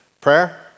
Prayer